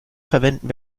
verwenden